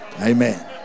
Amen